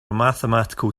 mathematical